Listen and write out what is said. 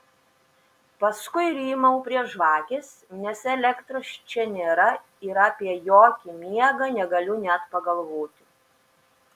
paskui rymau prie žvakės nes elektros čia nėra ir apie jokį miegą negaliu net pagalvoti